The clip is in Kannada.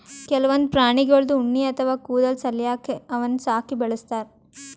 ಕೆಲವೊಂದ್ ಪ್ರಾಣಿಗಳ್ದು ಉಣ್ಣಿ ಅಥವಾ ಕೂದಲ್ ಸಲ್ಯಾಕ ಅವನ್ನ್ ಸಾಕಿ ಬೆಳಸ್ತಾರ್